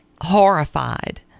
horrified